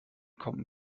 kommen